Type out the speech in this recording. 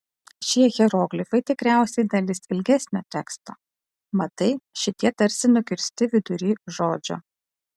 šie hieroglifai tikriausiai dalis ilgesnio teksto matai šitie tarsi nukirsti vidury žodžio